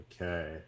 Okay